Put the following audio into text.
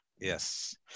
Yes